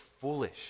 foolish